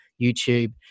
YouTube